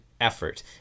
effort